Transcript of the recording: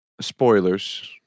Spoilers